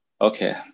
Okay